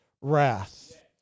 wrath